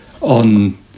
on